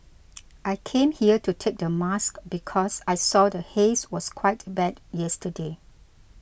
I came here to take the mask because I saw the haze was quite bad yesterday